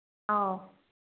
ꯑꯧ